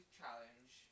challenge